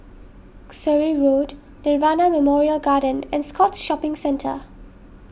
Surrey Road Nirvana Memorial Garden and Scotts Shopping Centre